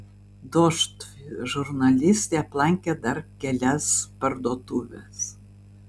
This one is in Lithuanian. dožd žurnalistė aplankė dar kelias parduotuves